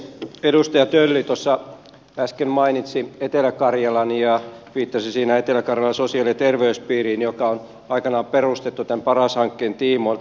edustaja tölli äsken mainitsi etelä karjalan ja viittasi siinä etelä karjalan sosiaali ja terveyspiiriin joka on aikanaan perustettu tämän paras hankkeen tiimoilta